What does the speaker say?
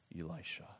Elisha